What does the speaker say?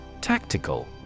Tactical